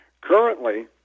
Currently